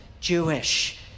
Jewish